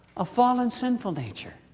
a fallen, sinful nature.